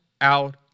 out